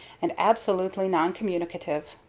and absolutely non-communicative.